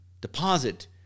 deposit